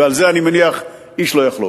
ועל זה אני מניח איש לא יחלוק.